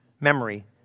Memory